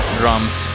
drums